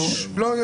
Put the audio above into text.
לא.